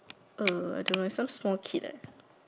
uh I don't know leh like some small kid